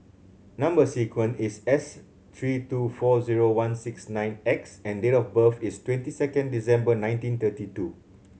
number sequence is S three two four zero one six nine X and date of birth is twenty second December nineteen thirty two